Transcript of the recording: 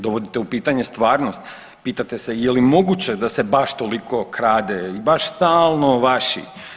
Dovodite u pitanje stvarnost, pitate se je li moguće da se baš toliko krade i baš stalno vaši.